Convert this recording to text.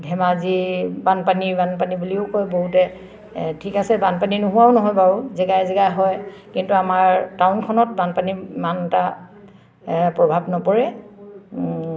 ধেমাজি বানপানী বানপানী বুলিও কয় বহুতে ঠিক আছে বানপানী নোহোৱাও নহয় বাৰু জেগাই জেগাই হয় কিন্তু আমাৰ টাউনখনত বানপানী ইমান এটা প্ৰভাৱ নপৰে